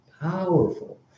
powerful